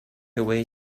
away